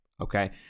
okay